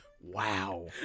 Wow